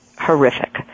horrific